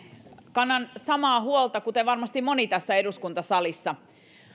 kannan samaa huolta kuten varmasti moni tässä eduskuntasalissa on